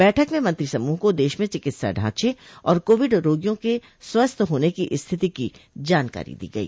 बैठक में मंत्री समूह को देश में चिकित्सा ढ़ांचे और कोविड रोगियों के स्वस्थ होने की स्थिति की जानकारी दी गई